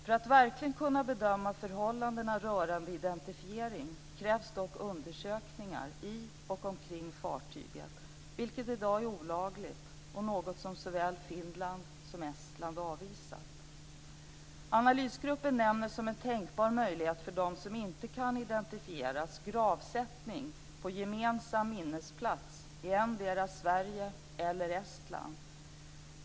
För att verkligen kunna bedöma förhållandena rörande identifiering krävs dock undersökningar i och omkring fartyget, vilket i dag är olagligt och något som såväl Finland som Analysgruppen nämner som en tänkbar möjlighet att de som inte kan identifieras gravsätts på en gemensam minnesplats i endera Sverige eller Estland.